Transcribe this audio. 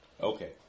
Okay